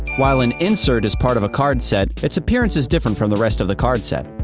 while an insert is part of a card set, its appearance is different from the rest of the card set.